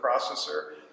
processor